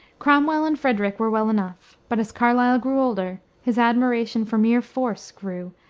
cromwell and frederick were well enough but as carlyle grew older, his admiration for mere force grew,